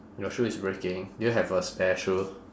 your shoe is breaking do you have a spare shoe